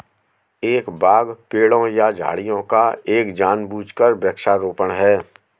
एक बाग पेड़ों या झाड़ियों का एक जानबूझकर वृक्षारोपण है